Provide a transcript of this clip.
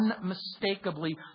unmistakably